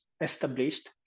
established